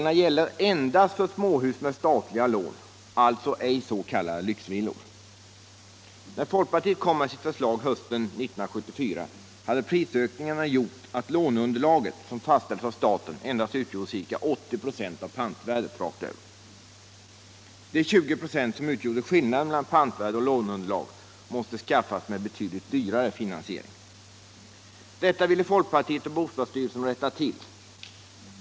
När folkpartiet kom med sitt förslag hösten 1974 hade prisökningarna gjort att låneunderlaget — som fastställs av staten — endast utgjorde ca 80 ”. av pantvärdet rakt över. De 20 ". som utgjorde skillnaden mellan pantvärde och låneunderlag måste skaffas med betydligt dyrare finansiering. Detta ville folkpartiet och bostadsstyrelsen rätta till.